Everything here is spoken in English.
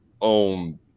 own